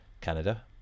Canada